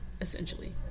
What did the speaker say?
essentially